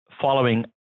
following